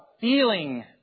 feeling